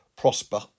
prosper